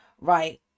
Right